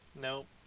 Nope